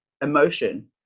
emotion